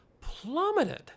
plummeted